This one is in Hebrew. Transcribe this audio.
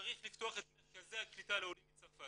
צריך לפתוח את מרכזי הקליטה לעולים מצרפת.